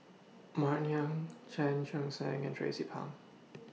Martin Yan Chan Chun Sing and Tracie Pang